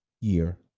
year